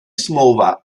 smlouva